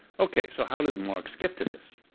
ok, so how does marx get to this?